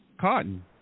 Cotton